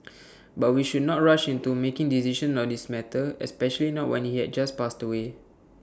but we should not rush into making decisions on this matter especially not when he had just passed away